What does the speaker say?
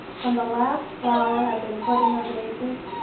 when the last flower had been put in the vases,